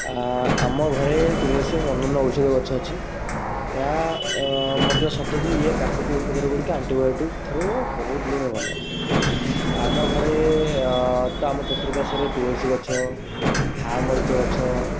ଆ ଆମ ଘରେ ତୁଳସୀ ଓ ଅନ୍ୟାନ୍ୟ ଔଷଧୀୟ ଗଛ ଅଛି ଏହା ମଧ୍ୟ ସତ ଯେ ଏହା ପ୍ରାକୃତିକ ଉପଚାର ଗୁଡ଼ିକ ଆଣ୍ଟିବାୟୋଟିକ୍ଠାରୁ ବହୁତ ଗୁଣେ ଭଲ ଆମ ଘରେ ତ ଆମ ଚତୁଃପାର୍ଶ୍ୱରେ ତୁଳସୀ ଗଛ ଆଉ ମରୀଚ ଗଛ